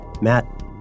Matt